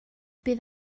bydd